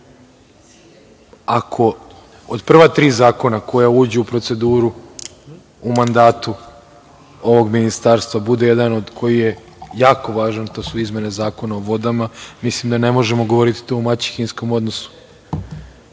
ako od prva tri zakona koja uđu u proceduru u mandatu ovog ministarstva bude jedan koji je jako važan, a to su izmene Zakona o vodama, mislim da ne možemo govoriti tu o maćehinskom odnosu. Po